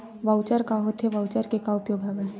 Voucher का होथे voucher के का उपयोग हवय?